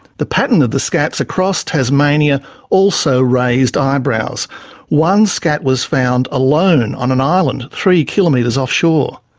the pattern of the scats across tasmania also raised eyebrows. one scat was found alone on an island three kilometres offshore.